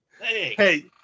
Hey